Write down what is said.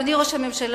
אדוני ראש הממשלה,